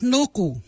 Nuku